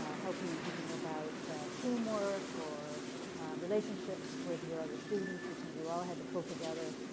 help you in thinking about team work or relationships with your other students because you all had to pull together?